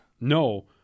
no